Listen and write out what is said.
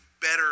better